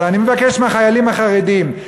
אבל אני מבקש מהחיילים החרדים,